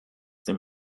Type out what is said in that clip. dem